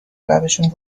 لبشون